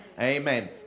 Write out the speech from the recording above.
Amen